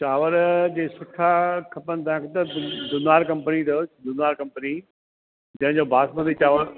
चांवर जी सुठा खपनि तव्हांखे त दुनार कंपनी अथव दुनार कंपनी जंहिंजो बासमती चांवरु